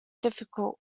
difficult